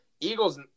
Eagles